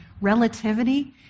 relativity